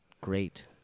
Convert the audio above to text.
Great